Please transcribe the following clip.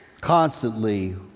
constantly